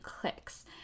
clicks